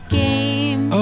game